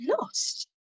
lost